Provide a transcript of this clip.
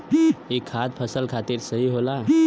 ई खाद फसल खातिर सही होला